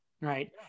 right